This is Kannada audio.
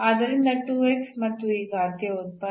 ಆದ್ದರಿಂದ ಮತ್ತು ಈ ಘಾತೀಯ ಉತ್ಪನ್ನ